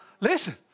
listen